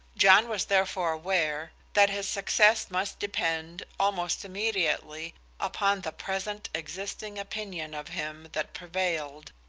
john was therefore aware that his success must depend almost immediately upon the present existing opinion of him that prevailed,